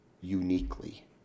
uniquely